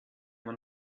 man